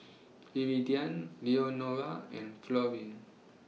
Iridian Leonora and Florine